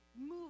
Move